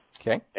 Okay